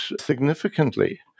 significantly